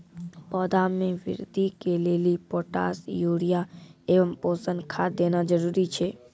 पौधा मे बृद्धि के लेली पोटास यूरिया एवं पोषण खाद देना जरूरी छै?